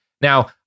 Now